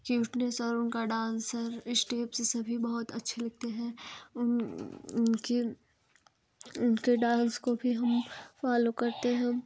कि उनसे और उनका डांसर स्टेप्स सभी बहुत अच्छे लगते हैं उन उनकी उनके डांस को भी हम फॉलो करते हैं